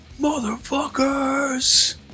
motherfuckers